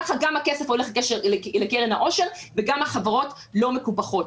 ככה גם הכסף הולך לקרן העושר וגם החברות לא מקופחות.